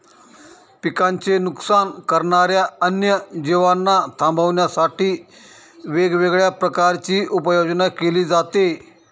पिकांचे नुकसान करणाऱ्या अन्य जीवांना थांबवण्यासाठी वेगवेगळ्या प्रकारची उपाययोजना केली जाते